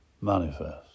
manifest